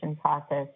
process